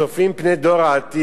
צופים פני העתיד.